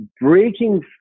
breaking